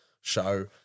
show